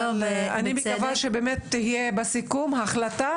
אבל אני מקווה שבאמת תהיה בסיכום החלטה